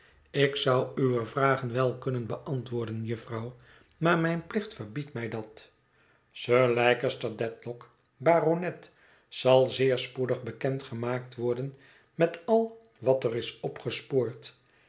ik zou uwe vragen wel kunnen beantwoorden jufvrouw maar mijn plicht verbiedt mij dat sir leicester dedlock baronet zal zeer spoedig bekend gemaakt worden met al wat ér is opgespoord